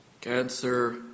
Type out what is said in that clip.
Cancer